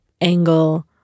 angle